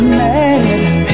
mad